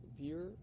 beer